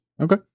Okay